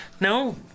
No